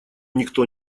никто